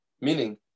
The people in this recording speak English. Meaning